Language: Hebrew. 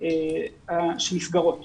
שנסגרות